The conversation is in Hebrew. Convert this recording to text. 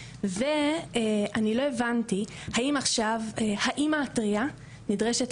ואני לא הבנתי האם עכשיו האמא הטרייה נדרשת